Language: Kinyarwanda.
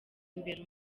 imbere